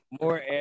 more